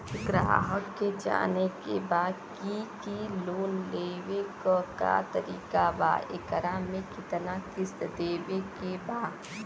ग्राहक के जाने के बा की की लोन लेवे क का तरीका बा एकरा में कितना किस्त देवे के बा?